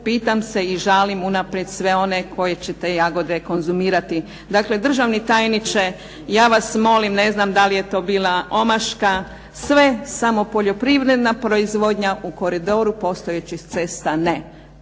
Pitam se i žalim unaprijed sve one koji će te jagode konzumirati. Dakle, državni tajniče ja vas molim, ne znam da li je to bila omaška, sve samo poljoprivredna proizvodnja u koridoru postojećih cesta ne.